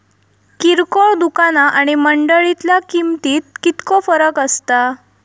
किरकोळ दुकाना आणि मंडळीतल्या किमतीत कितको फरक असता?